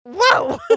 whoa